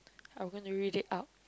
I'm going to read it out